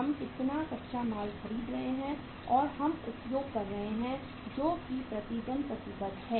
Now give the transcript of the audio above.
हम कितना कच्चा माल खरीद रहे हैं या हम उपयोग कर रहे हैं जो की प्रति दिन प्रतिबद्ध है